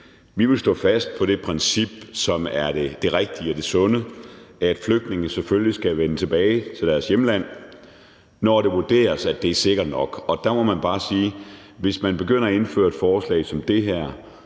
vi vil stå fast på det princip, som er det rigtige og det sunde, nemlig at flygtninge selvfølgelig skal vende tilbage til deres hjemland, når det vurderes, at det er sikkert nok, og der må man bare sige, at hvis man begynder at indføre et forslag som det her,